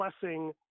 blessing